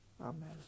Amen